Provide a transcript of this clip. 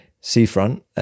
seafront